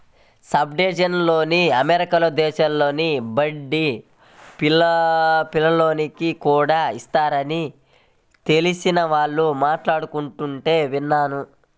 subsidised లోన్లు America దేశంలో బడి పిల్లోనికి కూడా ఇస్తారని తెలిసిన వాళ్ళు మాట్లాడుకుంటుంటే విన్నాను